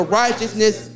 righteousness